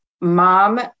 mom